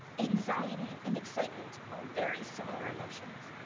anxiety and excitement are very similar emotions.